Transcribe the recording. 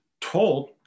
told